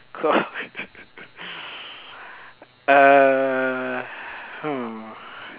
err hmm